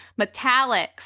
metallics